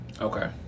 Okay